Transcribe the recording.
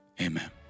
Amen